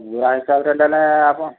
ବୁରା ହିସାବରେ ନେଲେ ଆପଣ